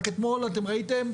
רק אתמול אתם ראיתם,